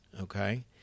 okay